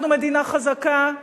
אנחנו מדינה חזקה,